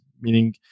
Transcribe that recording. meaning